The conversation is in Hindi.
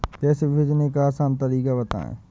पैसे भेजने का आसान तरीका बताए?